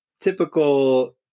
typical